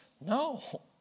No